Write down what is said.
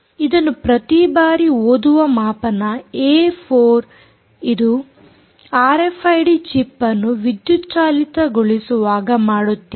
ಇದನ್ನು ಪ್ರತಿ ಬಾರಿ ಓದುವ ಮಾಪನ ಏ ಇದು ಆರ್ಎಫ್ಐಡಿ ಚಿಪ್ ಅನ್ನು ವಿದ್ಯುತ್ ಚಾಲಿತಗೊಳಿಸುವಾಗ ಮಾಡುತ್ತೀರಿ